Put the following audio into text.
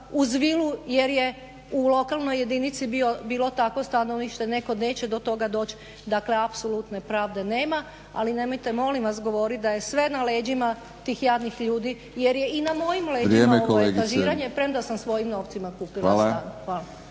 uz vilu jer je u lokalnoj jedinici bilo takvo stanovište neko neće do toga doći. Dakle apsolutne pravde nema ali nemojte molim vas govoriti da je sve na leđima tih jadnih ljudi jer i na mojim leđima … /Upadica: Vrijeme kolegice./ … premda sam svojim novcima kupila stan.